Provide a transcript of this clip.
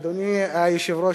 אדוני היושב-ראש,